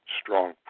strong